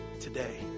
today